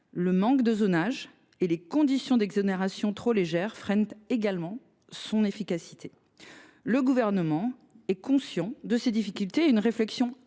le manque de zonage et les conditions d’exonération trop légères freinent son efficacité. Le Gouvernement est conscient de ces difficultés. Une réflexion action